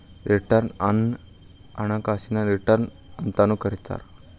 return ಅನ್ನ ಹಣಕಾಸಿನ return ಅಂತಾನೂ ಕರಿತಾರ